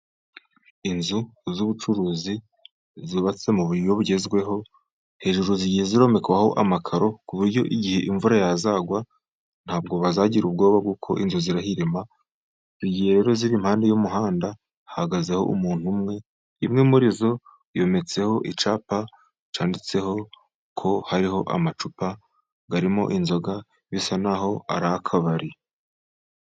Inzu z'ubucuruzi zubatse mu buryo bugezweho, hejuru zigiye ziromekwaho amakaro, ku buryo igihe imvura yazagwa ntabwo bazagira ubwoba kuko inzu zirahirima, zigiye rero ziri impande y'umuhanda, hahagazeho umuntu umwe. Imwe muri zo yometseho icyapa cyanditseho ko hariho amacupa, arimo inzoga bisa n'aho ari akabari.